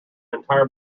entire